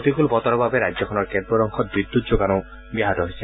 প্ৰতিকূল বতৰৰ বাবে ৰাজ্যখনৰ কেতবোৰ অংশত বিদ্যুৎ যোগানো ব্যাহত হৈছে